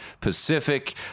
Pacific